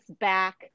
back